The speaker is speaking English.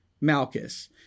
Malchus